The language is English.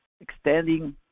extending